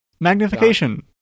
Magnification